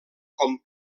com